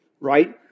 right